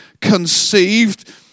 conceived